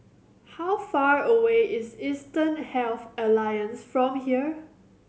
how far away is Eastern Health Alliance from here